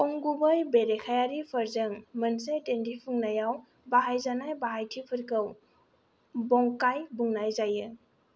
अंगुबै बेरेखायारिफोरजों मोनसे दिन्थिफुंनायाव बाहायजानाय बाहायथिफोरखौ बंकाई बुंनाय जायो